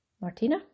Martina